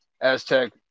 Aztec